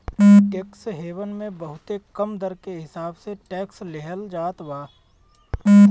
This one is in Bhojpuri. टेक्स हेवन मे बहुते कम दर के हिसाब से टैक्स लेहल जात बा